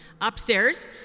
Upstairs